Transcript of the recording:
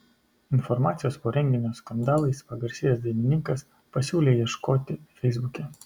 informacijos po renginio skandalais pagarsėjęs dainininkas pasiūlė ieškoti feisbuke